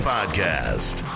Podcast